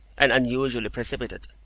and unusually precipitate.